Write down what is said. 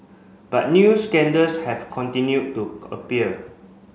but new scandals have continued to appear